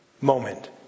moment